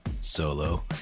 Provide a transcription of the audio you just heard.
solo